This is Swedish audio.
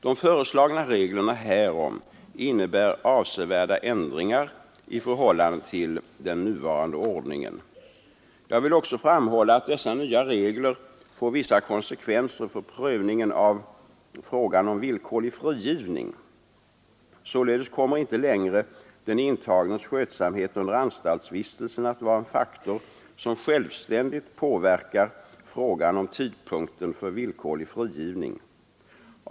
De föreslagna reglerna härom innebär avsevärda ändringar i förhållande till den nuvarande ordningen. Jag vill också framhålla att dessa nya regler får vissa konsekvenser för prövningen av fråga om villkorlig frigivning. Således kommer inte längre den intagnes skötsamhet under anstaltsvistelsen att vara en faktor som självständigt påverkar frågan om tidpunkten för villkorlig frigivning.